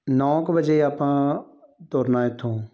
ਨੌ ਕੁ ਵਜੇ ਆਪਾਂ ਤੁਰਨਾ ਇੱਥੋਂ